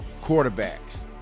quarterbacks